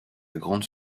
grande